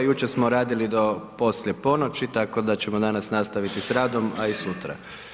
Jučer smo radili do poslije ponoći tako da ćemo danas nastaviti s radom, a i sutra.